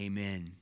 Amen